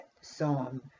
Psalm